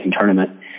Tournament